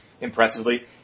impressively